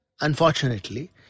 Unfortunately